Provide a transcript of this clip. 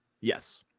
Yes